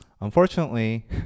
Unfortunately